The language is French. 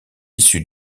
issus